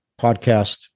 podcast